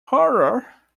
horror